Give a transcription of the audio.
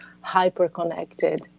hyper-connected